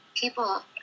people